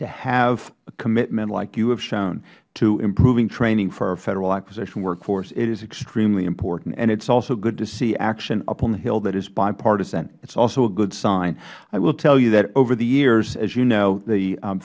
to have commitment like you have shown to improving training for our federal acquisition workforce it is extremely important and it is also good to see action up on the hill that is bipartisan it is also a good sign i will tell you that over the years as you know the